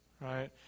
right